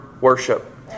worship